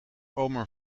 oma